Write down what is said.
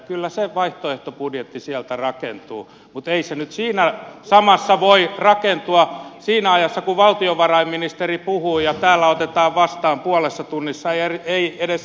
kyllä se vaihtoehtobudjetti sieltä rakentuu mutta ei se nyt voi rakentua siinä samassa ajassa kun valtiovarainministeri puhuu ja täällä otetaan vastaan puolessa tunnissa ei edes rkpssä